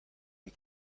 une